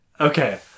Okay